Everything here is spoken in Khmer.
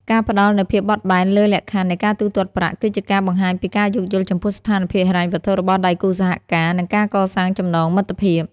ការផ្តល់នូវភាពបត់បែនលើលក្ខខណ្ឌនៃការទូទាត់ប្រាក់ គឺជាការបង្ហាញពីការយោគយល់ចំពោះស្ថានភាពហិរញ្ញវត្ថុរបស់ដៃគូសហការ និងការកសាងចំណងមិត្តភាព។